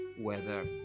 weather